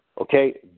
Okay